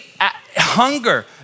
Hunger